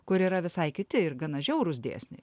kur yra visai kiti ir gana žiaurūs dėsniai